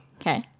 Okay